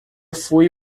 fui